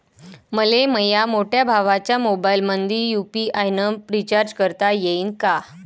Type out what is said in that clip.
मले माह्या मोठ्या भावाच्या मोबाईलमंदी यू.पी.आय न रिचार्ज करता येईन का?